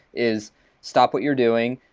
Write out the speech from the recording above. is stop what you're doing,